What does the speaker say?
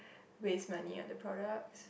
waste money on the products